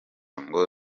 ngo